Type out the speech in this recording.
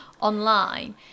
online